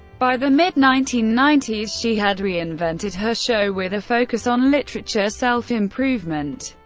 by the mid nineteen ninety s, she had reinvented her show with a focus on literature, self-improvement,